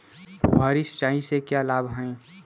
फुहारी सिंचाई के क्या लाभ हैं?